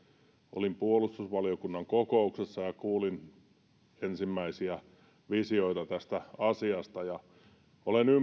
olin puolustusvaliokunnan kokouksessa ja kuulin ensimmäisiä visioita tästä asiasta olen